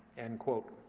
end quote.